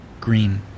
green